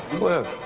cliff,